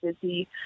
busy